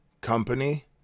company